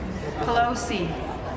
Pelosi